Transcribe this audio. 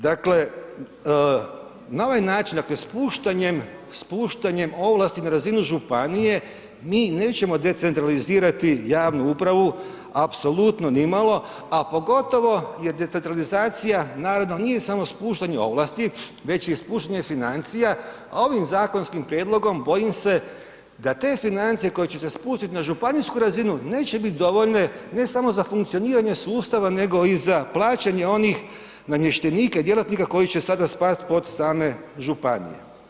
Dakle, na ovaj način, dakle spuštanjem, spuštanjem ovlasti na razinu županije, mi nećemo decentralizirati javnu upravu apsolutno nimalo a pogotovo je decentralizacija naravno nije samo spuštanje ovlasti već je i spuštanje financija a ovim zakonskim prijedlogom bojim da te financije koje će se spustiti na županijsku razinu neće biti dovoljne ne samo za funkcioniranje sustava nego i za plaćanje onih namještenika i djelatnika koji će sada spadat pod same županije.